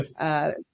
Yes